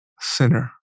sinner